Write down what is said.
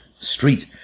street